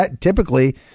typically